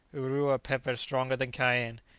urua pepper stronger than cayenne,